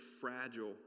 fragile